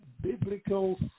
biblical